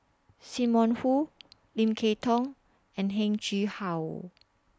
SIM Wong Hoo Lim Kay Tong and Heng Chee How